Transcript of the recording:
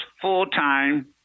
full-time